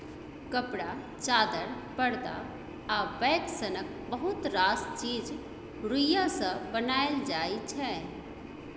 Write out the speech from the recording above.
कपड़ा, चादर, परदा आ बैग सनक बहुत रास चीज रुइया सँ बनाएल जाइ छै